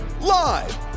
live